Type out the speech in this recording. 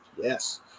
Yes